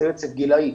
זה רצף גילי.